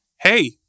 Hey